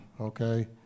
okay